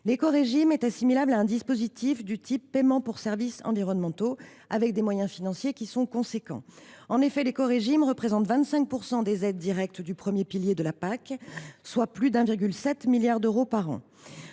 L’écorégime est assimilable à un dispositif du type paiements pour services environnementaux, avec des moyens financiers importants. En effet, l’écorégime représente 25 % des aides directes du premier pilier de la PAC, soit plus de 1,7 milliard d’euros par an.